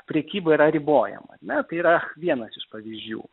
prekyba yra ribojama ar ne tai yra vienas iš pavyzdžių